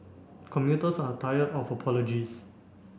commuters are tired of apologies